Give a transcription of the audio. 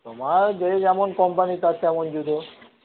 তোমার যে যেমন কম্পানি তার তেমন জুতো